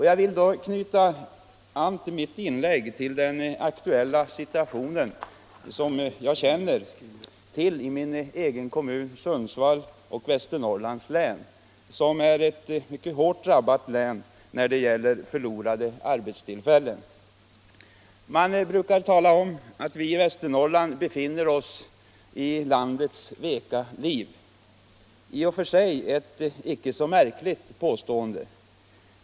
Jag vill knyta an mitt inlägg till den aktuella situation jag känner till i min egen kommun Sundsvall och i Västernorrlands län, som är ett hårt drabbat län när det gäller förlorade arbetstillfällen. Man brukar tala om att vi i Västernorrland befinner oss i ”landets veka liv” — i och för sig ett icke så märkligt påstående.